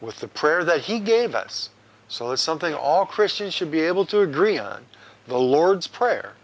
with the prayer that he gave us so it's something all christians should be able to agree on the lord's prayer